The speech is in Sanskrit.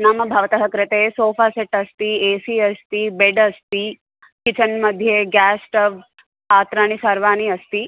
नाम भवतः कृते सोफा़ सेट् अस्ति ए सी अस्ति बेड् अस्ति किचन् मध्ये ग्यास् स्टव् पात्राणि सर्वाणि अस्ति